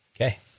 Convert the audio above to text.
Okay